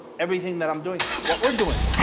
everything that i'm doing what we're doing,